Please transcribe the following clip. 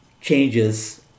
changes